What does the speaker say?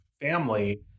family